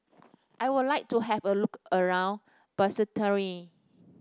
I would like to have a look around Basseterre